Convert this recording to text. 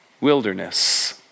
wilderness